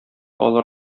алар